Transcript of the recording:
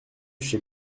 chez